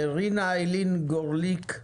רינה איילין גורליק,